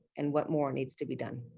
and what more needs to be done?